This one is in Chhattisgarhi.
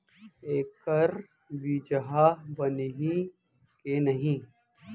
एखर बीजहा बनही के नहीं?